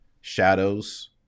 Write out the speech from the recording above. shadows